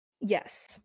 Yes